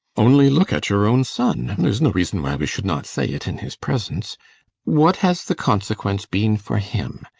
only look at your own son there is no reason why we should not say it in his presence what has the consequence been for him?